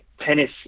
tennis